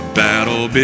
battle